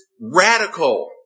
radical